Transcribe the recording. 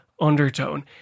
undertone